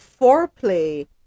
foreplay